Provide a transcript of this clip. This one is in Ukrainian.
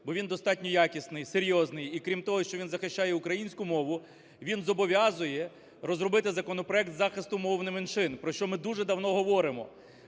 бо він достатньо якісний, серйозний. І, крім того, що він захищає українську мову, він зобов'язує розробити законопроект захисту мов меншин, про що ми дуже давно говоримо.